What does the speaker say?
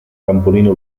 trampolino